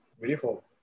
Beautiful